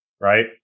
right